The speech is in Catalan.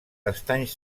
estanys